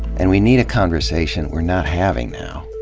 and we need a conversation we're not having now,